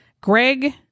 Greg